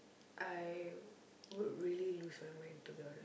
I would really lose my mind to be honest